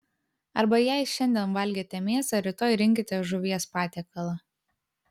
arba jei šiandien valgėte mėsą rytoj rinkitės žuvies patiekalą